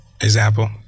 Example